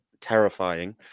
terrifying